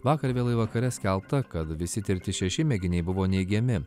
vakar vėlai vakare skelbta kad visi tirti šeši mėginiai buvo neigiami